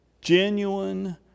genuine